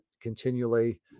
continually